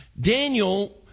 Daniel